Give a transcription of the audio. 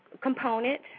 component